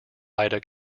ida